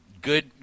Good